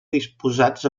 disposats